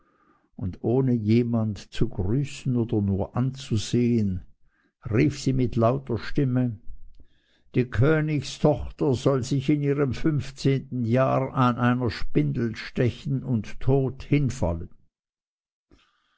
und ohne jemand zu grüßen oder nur anzusehen rief sie mit lauter stimme die königstochter soll sich in ihrem funfzehnten jahr an einer spindel stechen und tot hinfallen